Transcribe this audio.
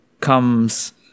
comes